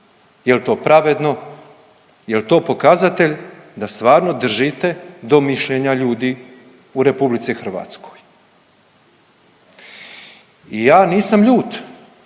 Je li to pravedno, je li to pokazatelj da stvarno držite do mišljenja ljudi u RH. Ja nisam ljut,